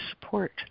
support